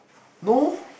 no